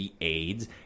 AIDS